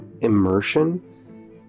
immersion